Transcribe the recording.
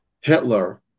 Hitler